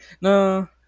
No